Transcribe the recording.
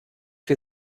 wir